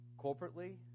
corporately